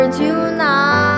tonight